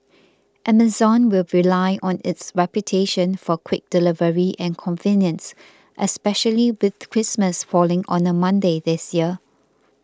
Amazon will rely on its reputation for quick delivery and convenience especially with Christmas falling on a Monday this year